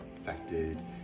affected